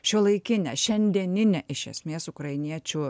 šiuolaikinę šiandieninę iš esmės ukrainiečių